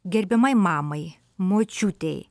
gerbiamai mamai močiutei